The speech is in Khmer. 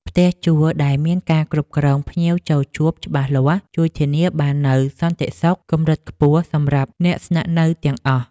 ផ្ទះជួលដែលមានការគ្រប់គ្រងភ្ញៀវចូលជួបច្បាស់លាស់ ជួយធានាបាននូវសន្តិសុខកម្រិតខ្ពស់សម្រាប់អ្នកស្នាក់នៅទាំងអស់។